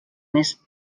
més